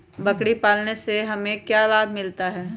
बकरी पालने से हमें क्या लाभ मिलता है?